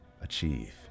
achieve